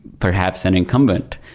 perhaps an incumbent,